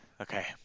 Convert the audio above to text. Okay